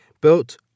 built